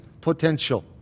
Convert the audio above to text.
potential